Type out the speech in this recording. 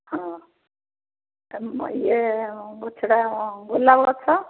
ହଁ ତୁମ ୟେ ଗଛଟା ଗୋଲାପ ଗଛ